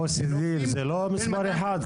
ה- OECD זה לא מספר אחד,